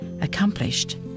accomplished